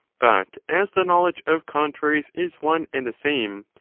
but, as the knowledge of contraries is one and the same,